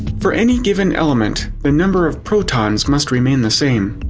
for any given element, the number of protons must remain the same.